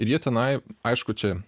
ir jie tenai aišku čia